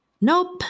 Nope